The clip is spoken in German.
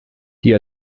die